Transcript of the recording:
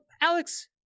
Alex